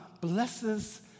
blesses